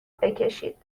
بکشید